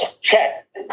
Check